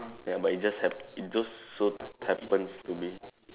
ya but it just hap~ it just so happens to be